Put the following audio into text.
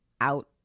out